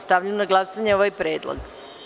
Stavljam na glasanje ovaj predlog.